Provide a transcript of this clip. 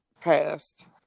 past